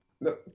No